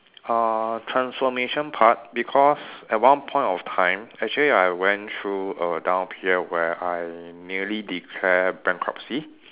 uh transformation part because at one point of time actually I went through a down period where I nearly declare bankruptcy